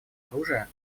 оружия